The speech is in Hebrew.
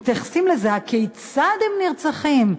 מתייחסים לזה: הכיצד הם נרצחים?